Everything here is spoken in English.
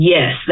Yes